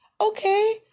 Okay